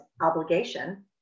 obligation